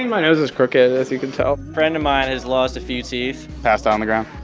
my nose is crooked, as you can tell a friend of mine has lost a few teeth. passed out on the ground.